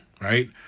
right